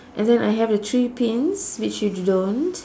and then I have the three pins which you do don't